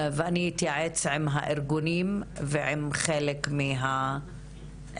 אני אתייעץ עם הארגונים ועם חלק מהאנשים